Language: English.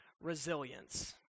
resilience